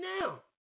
now